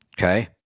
Okay